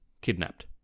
kidnapped